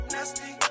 Nasty